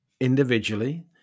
Individually